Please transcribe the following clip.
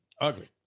ugly